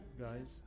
guys